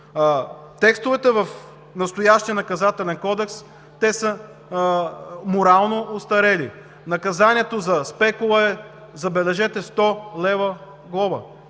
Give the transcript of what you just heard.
Текстовете в настоящия Наказателен кодекс са морално остарели. Наказанието за спекула е, забележете, 100 лв. глоба